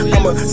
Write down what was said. I'ma